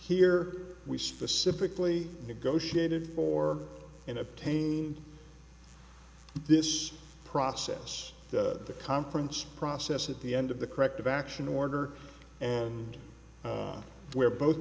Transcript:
here we specifically negotiated for in obtain this process the conference process at the end of the corrective action order where both